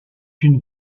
une